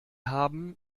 haben